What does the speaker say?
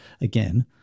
Again